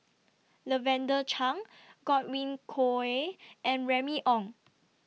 Lavender Chang Godwin Koay and Remy Ong